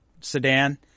sedan